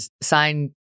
sign